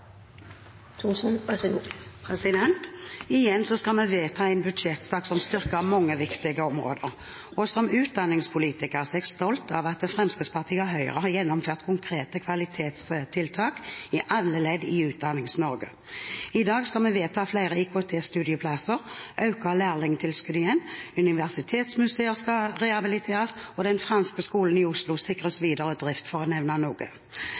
skal vi vedta et revidert budsjett som styrker mange viktige områder, og som utdanningspolitiker er jeg stolt av at Fremskrittspartiet og Høyre har gjennomført konkrete kvalitetstiltak i alle ledd i Utdannings-Norge. I dag skal vi vedta flere IKT-studieplasser, øke lærlingtilskuddet igjen, universitetsmuseer skal rehabiliteres, og Den franske skolen i Oslo sikres videre drift, for å nevne noe.